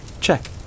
check